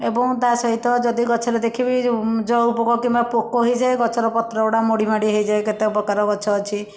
ଏବଂ ତା ସହିତ ଯଦି ଗଛରେ ଦେଖିବି ଜଉ ପୋକ କିମ୍ୱା ପୋକ ହେଇଯାଏ ଗଛର ପତ୍ର ଗୁଡ଼ା ମୋଡ଼ି ମାଡ଼ି ହେଇଯାଏ କେତେ ପ୍ରକାର ଗଛ ଅଛି